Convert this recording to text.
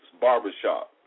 Barbershop